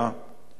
ואני,